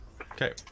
Okay